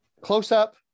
close-up